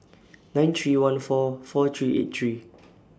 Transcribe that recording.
nine three one four four three eight three